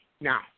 now